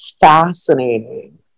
fascinating